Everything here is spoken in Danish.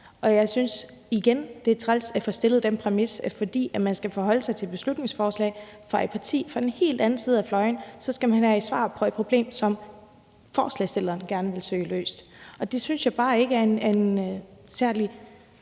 Og jeg synes igen, at det er træls at få stillet den præmis, at fordi man skal forholde sig til et beslutningsforslag fra et parti på den helt anden side af fløjen, skal man have et svar på et problem, som forslagsstillerne gerne vil have løst. Det synes jeg bare ikke er en særlig